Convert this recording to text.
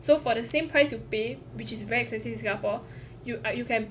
so for the same price you pay which is very expensive in Singapore you ah you can